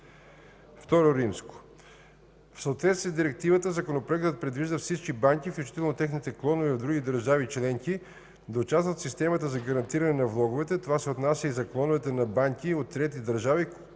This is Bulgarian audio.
II. В съответствие с Директивата Законопроектът предвижда всички банки, включително техните клонове в други държави членки, да участват в системата за гарантиране на влоговете. Това се отнася и за клоновете на банки от трети държави,